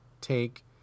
take